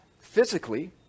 physically